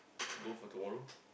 go for tomorrow